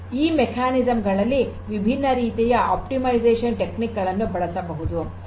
ಈ ಕಾರ್ಯವಿಧಾನಗಳಲ್ಲಿ ವಿಭಿನ್ನ ರೀತಿಯ ಆಪ್ಟಿಮೈಸೇಶನ್ ತಂತ್ರಗಳನ್ನು ಬಳಸಬಹುದು